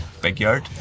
backyard